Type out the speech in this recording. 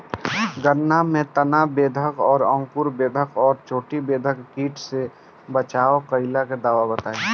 गन्ना में तना बेधक और अंकुर बेधक और चोटी बेधक कीट से बचाव कालिए दवा बताई?